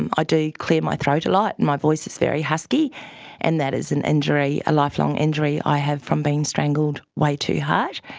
and ah do clear my throat a lot and my voice is very husky and that is an injury, a lifelong injury i have from being strangled way too harsh.